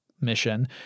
mission